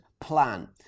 plan